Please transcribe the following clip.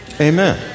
Amen